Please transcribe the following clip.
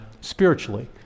spiritually